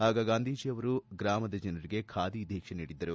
ಆಗ ಗಾಂಧೀಜಿಯವರು ಗ್ರಾಮದ ಜನರಿಗೆ ಖಾದಿ ಧೀಕ್ಷೆ ನೀಡಿದ್ದರು